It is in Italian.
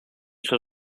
suo